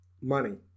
Money